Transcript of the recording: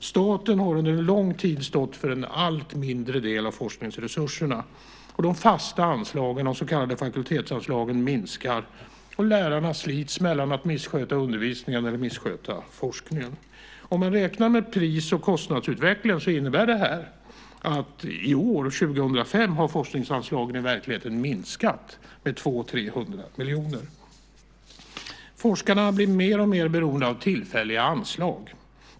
Staten har under en lång tid stått för en allt mindre del av forskningsresurserna. De fasta anslagen, de så kallade fakultetsanslagen, minskar. Lärarna slits mellan att missköta undervisningen och att missköta forskningen. Med tanke på pris och kostnadsutvecklingen har forskningsanslagen i år, 2005, i verkligheten minskat med 200-300 miljoner. Forskarna har blivit mer och mer beroende av tillfälliga anslag.